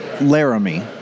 Laramie